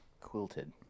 Quilted